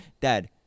Dad